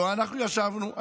לא אנחנו ישבנו,